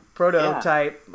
prototype